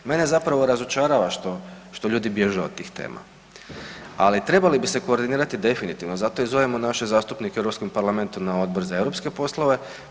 Mene zapravo razočarava što ljudi bježe od tih tema, ali trebali bi se koordinirati definitivno zato i zovemo naše zastupnike u Europskom parlamentu na Odbor za europske poslove.